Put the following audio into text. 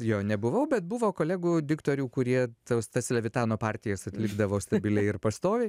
jo nebuvau bet buvo kolegų diktorių kurie tas tas levitano partijas atlikdavo stabiliai ir pastoviai